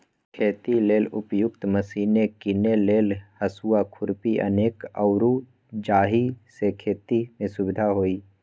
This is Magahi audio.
खेती लेल उपयुक्त मशिने कीने लेल हसुआ, खुरपी अनेक आउरो जाहि से खेति में सुविधा होय